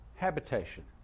Habitation